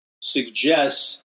suggests